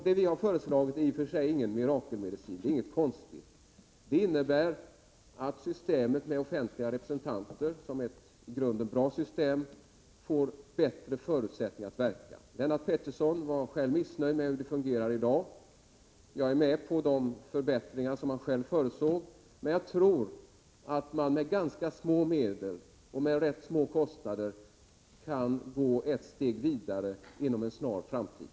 Det vi föreslagit är i och för sig ingen mirakelmedicin och inte någonting konstigt. Det innebär att systemet med offentliga representanter, i grunden ett bra system, får bättre förutsättningar att verka. Lennart Pettersson var själv missnöjd med hur det fungerar i dag. Jag är med på de förbättringar Lennart Pettersson föreslår. Jag tror att man med ganska små medel och till rätt små kostnader kan gå ett steg vidare inom en snar framtid.